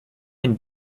and